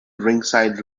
ringside